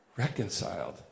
Reconciled